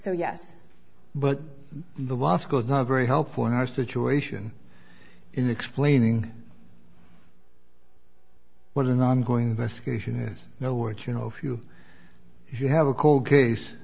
so yes but the law school is not very helpful and i situation in explaining what an ongoing investigation is no way to know if you you have a cold case